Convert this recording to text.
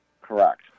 Correct